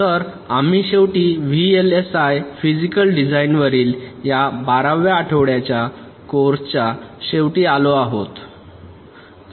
तर आम्ही शेवटी व्हीएलएसआय फिजिकल डिझाइनवरील या 12 व्या आठवड्याच्या कोर्सच्या शेवटी आलो आहोत